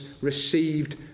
received